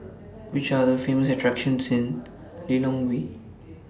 Which Are The Famous attractions in Lilongwe